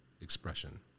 expression